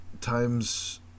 times